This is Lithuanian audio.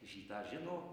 šį tą žino